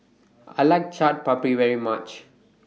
I like Chaat Papri very much